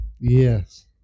Yes